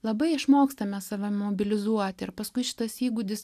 labai išmokstame save mobilizuoti ir paskui šitas įgūdis